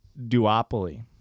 duopoly